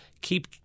keep